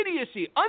idiocy